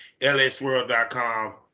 lsworld.com